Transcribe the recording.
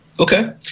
Okay